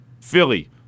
Philly